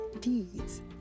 deeds